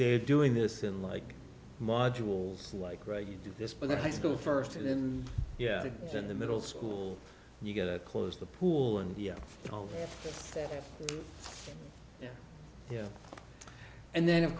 they're doing this in like modules like right you do this by the high school first and then yeah in the middle school you get a close the pool and yeah yeah yeah and then of